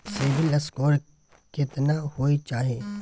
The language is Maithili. सिबिल स्कोर केतना होय चाही?